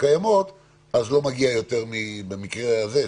שקיימות אז לא מגיע, במקרה הזה, יותר